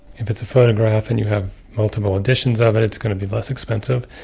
if it's a photograph and you have multiple editions of it, it's going to be less expensive.